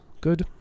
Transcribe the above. good